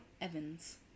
Evans